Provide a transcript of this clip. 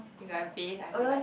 if I bathe I have to like